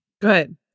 Good